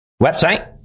website